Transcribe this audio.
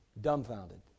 dumbfounded